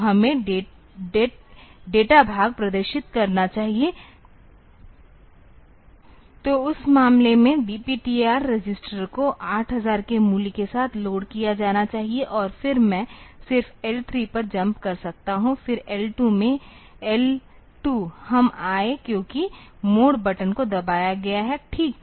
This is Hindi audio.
तो हमें डेट भाग प्रदर्शित करना चाहिए तो उस मामले में DPTR रजिस्टर को 8000 के मूल्य के साथ लोड किया जाना चाहिए और फिर मैं सिर्फ L3 पर जम्प कर सकता हूं फिर L2 में L2 हम आए क्योंकि मोड बटन को दबाया गया है ठीक